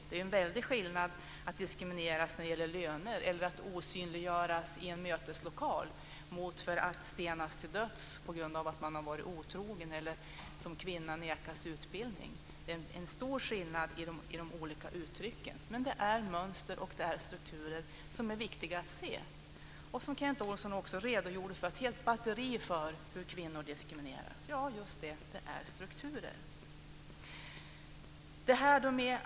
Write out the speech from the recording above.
Det är ju en väldig skillnad mellan att diskrimineras när det gäller löner eller att osynliggöras i en möteslokal och att bli stenad till döds för att man har varit otrogen eller att som kvinna nekas utbildning. Det är stor skillnad i uttrycken, men det är mönster och strukturer som är viktiga att se. Kent Olsson tog fram ett helt batteri av exempel på hur kvinnor diskrimineras. Just det, det är strukturer.